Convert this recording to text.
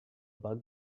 bug